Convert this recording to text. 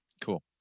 Cool